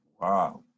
Wow